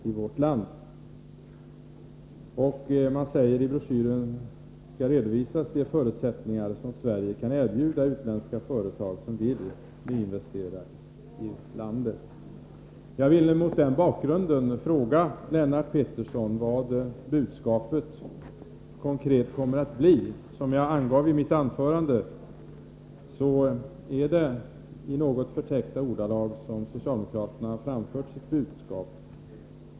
Enligt utskottet skall det i broschyren redovisas de förutsättningar som Sverige kan erbjuda utländska företag som vill nyinvestera i landet. Jag vill mot denna bakgrund fråga Lennart Pettersson vad budskapet konkret kommer att bli. Som jag angav i mitt anförande är det i något förtäckta ordalag som socialdemokraterna framför sitt budskap.